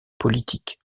politiques